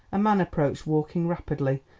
a man approached walking rapidly,